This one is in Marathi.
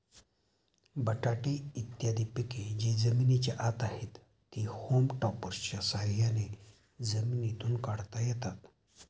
बटाटे इत्यादी पिके जी जमिनीच्या आत आहेत, ती होम टॉपर्सच्या साह्याने जमिनीतून काढता येतात